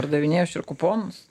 pardavinėju aš ir kuponus